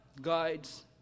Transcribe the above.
guides